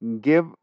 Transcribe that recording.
give